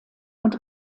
und